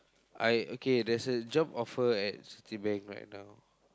I okay there's a job offer at Citibank right now